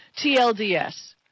TLDS